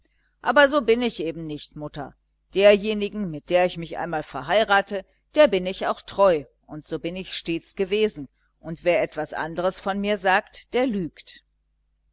aber so bin ich eben nicht mutter derjenigen mit der ich mich einmal verheirate der bin ich auch treu und so bin ich stets gewesen und wer etwas andres von mir sagt der lügt